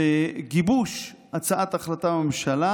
גיבוש הצעת החלטה בממשלה,